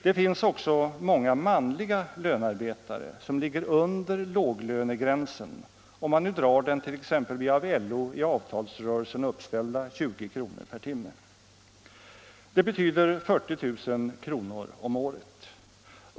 Det finns också många manliga lönearbetare som ligger under låglönegränsen, om man nu drar den t.ex. vid av LO i avtalsrörelsen uppställda 20 kr. per timme. Det betyder 40 000 kr. om året.